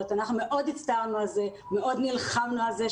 אנחנו מאוד הצטערנו על זה, מאוד נלחמנו על זה.